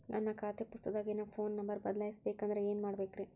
ನನ್ನ ಖಾತೆ ಪುಸ್ತಕದಾಗಿನ ಫೋನ್ ನಂಬರ್ ಬದಲಾಯಿಸ ಬೇಕಂದ್ರ ಏನ್ ಮಾಡ ಬೇಕ್ರಿ?